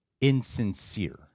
insincere